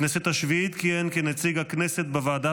בכנסת השביעית כיהן כנציג הכנסת בוועדה